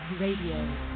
Radio